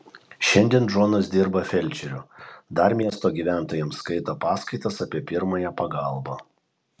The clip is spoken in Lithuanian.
šiandien džonas dirba felčeriu dar miesto gyventojams skaito paskaitas apie pirmąją pagalbą